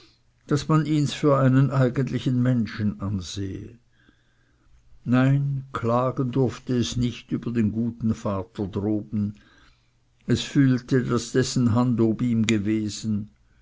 daß man ihns für einen eigentlichen menschen ansehe nein klagen durfte es nicht über den guten vater droben es fühlte daß dessen hand ob ihm gewesen